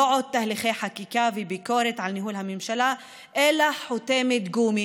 לא עוד תהליכי חקיקה וביקורת על ניהול הממשלה אלא חותמת גומי,